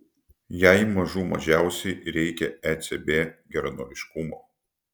jai mažų mažiausiai reikia ecb geranoriškumo